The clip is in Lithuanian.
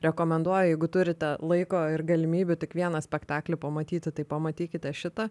rekomenduoju jeigu turite laiko ir galimybių tik vieną spektaklį pamatyti tai pamatykite šitą